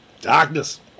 Darkness